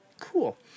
cool